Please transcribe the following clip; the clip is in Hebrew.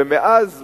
ומאז,